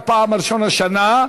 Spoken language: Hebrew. היה פעם ראשונה שנה,